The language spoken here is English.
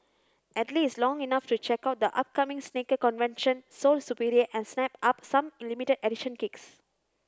at least long enough to check out the upcoming sneaker convention Sole Superior and snap up some limited edition kicks